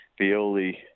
Violi